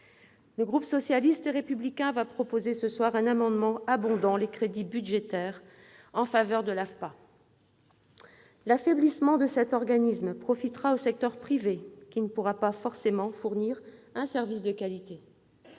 Le groupe socialiste et républicain défendra un amendement tendant à abonder les crédits budgétaires en faveur de l'AFPA. Car l'affaiblissement de cet organisme profiterait au secteur privé, qui ne pourrait pas forcément fournir un service de qualité.